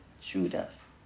Judas